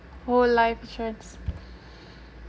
whole life insurance